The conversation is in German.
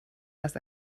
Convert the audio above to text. erst